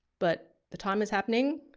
but the time is happening